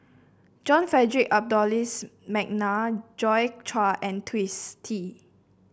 John Frederick Adolphus McNair Joi Chua and Twisstii